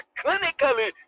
clinically